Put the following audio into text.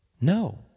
No